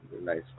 Nice